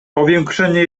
powiększenie